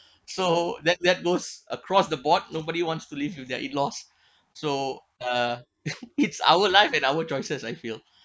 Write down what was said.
so that that was across the board nobody wants to live with their in-laws so uh it's our life and our choices I feel